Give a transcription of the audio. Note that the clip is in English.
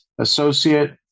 associate